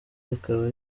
rikaba